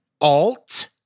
alt